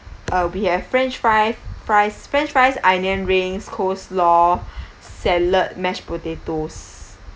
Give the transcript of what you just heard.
uh we have french frie~ fries french fries onion rings coleslaw salad mashed potatoes